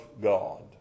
God